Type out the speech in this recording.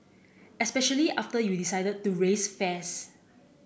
especially after you decided to raise fares